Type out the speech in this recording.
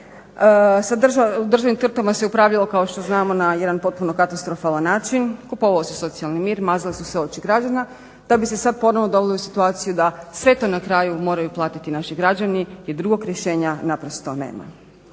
državnim crtama se upravljalo kao što znamo na jedan potpuno katastrofalan način, kupovao se socijalni mir, mazale su se oči građana da bi se sad ponovno doveli u situaciju da sve to na kraju moraju platiti naši građani jer drugog rješenja naprosto nema.